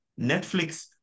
netflix